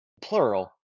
plural